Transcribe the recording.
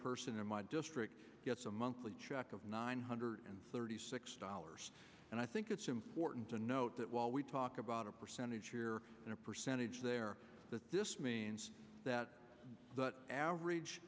person in my district gets a monthly check of nine hundred thirty six dollars and i think it's important to note that while we talk about a percentage here and a percentage there that this means that the average